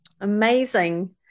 Amazing